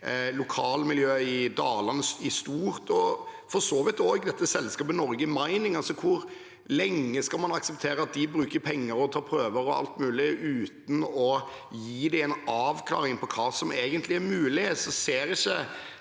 lokalmiljøet i Dalane i stort. Det gjelder for så vidt også dette selskapet, Norge Mining. Hvor lenge skal man akseptere at de bruker penger og tar prøver og alt mulig, uten å gi dem en avklaring på hva som egentlig er mulig?